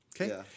okay